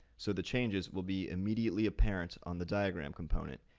so the changes will be immediately apparent on the diagram component,